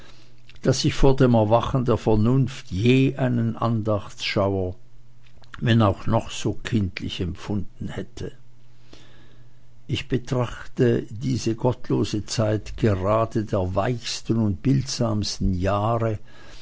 daß ich vor dem erwachen der vernunft je einen andachtschauer wenn auch noch so kindlich empfunden hätte ich betrachte diese halb gottlose zeit gerade der weichsten und bildsamsten jahre